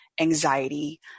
anxiety